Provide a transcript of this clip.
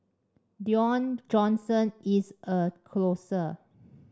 Dwayne Johnson is a closer